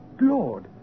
Lord